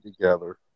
together